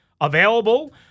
available